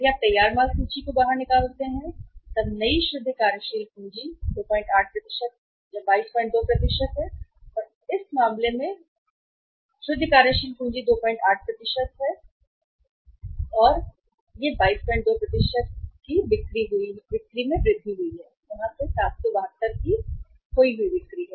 यदि आप तैयार माल सूची को बाहर निकालते हैं 28 तब नई शुद्ध कार्यशील पूंजी 222 है और इस मामले में बिक्री में वृद्धि हुई है यहाँ से है कि 772 है खो बिक्री